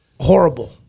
horrible